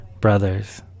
brothers